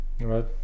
right